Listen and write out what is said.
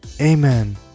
Amen